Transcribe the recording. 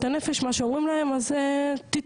הנפש ומה שאומרים להם זה תתאשפזו.